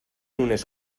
unes